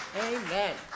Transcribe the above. Amen